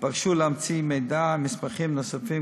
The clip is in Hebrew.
והתבקשו להמציא מידע ומסמכים נוספים